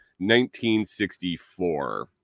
1964